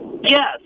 Yes